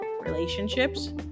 relationships